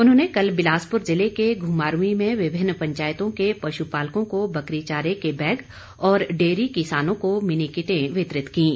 उन्होंने कल बिलासपुर जिले के घुमारवीं में विभिन्न पंचायतों के पश् पालकों को बकरी चारे के बैग और डेयरी किसानों को मिनी किटें वितरित कीं